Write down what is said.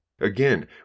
Again